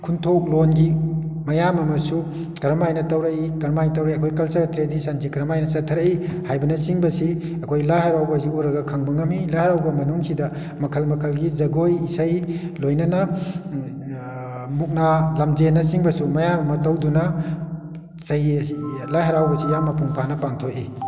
ꯈꯨꯟꯊꯣꯛ ꯂꯣꯟꯒꯤ ꯃꯌꯥꯝ ꯑꯃꯁꯨ ꯀꯔꯝ ꯍꯥꯏꯅ ꯇꯧꯔꯛꯏ ꯀꯔꯝ ꯍꯥꯏꯅ ꯇꯧꯔꯛꯏ ꯑꯩꯈꯣꯏ ꯀꯜꯆꯔ ꯇ꯭ꯔꯦꯗꯤꯁꯟꯁꯤ ꯀꯔꯝꯍꯥꯏꯅ ꯆꯠꯊꯔꯛꯏ ꯍꯥꯏꯕꯅ ꯆꯤꯡꯕꯁꯤ ꯑꯩꯈꯣꯏ ꯂꯥꯏ ꯍꯔꯥꯎꯕꯁꯤ ꯎꯔꯒ ꯈꯪꯕ ꯉꯝꯃꯤ ꯂꯥꯏ ꯍꯔꯥꯎꯕ ꯃꯅꯨꯡꯁꯤꯗ ꯃꯈꯜ ꯃꯈꯜꯒꯤ ꯖꯒꯣꯏ ꯏꯁꯩ ꯂꯣꯏꯅꯅ ꯃꯨꯛꯅꯥ ꯂꯝꯖꯦꯟꯅ ꯆꯤꯡꯕꯁꯨ ꯃꯌꯥꯝ ꯑꯃ ꯇꯧꯗꯨꯅ ꯆꯍꯤ ꯑꯁꯤꯒꯤ ꯂꯥꯏ ꯍꯔꯥꯎꯕꯁꯤ ꯃꯄꯨꯡ ꯐꯥꯅ ꯄꯥꯡꯊꯣꯛꯏ